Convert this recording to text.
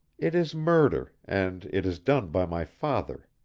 it is murder, and it is done by my father.